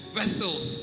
vessels